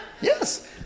Yes